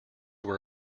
were